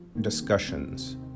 discussions